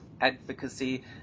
advocacy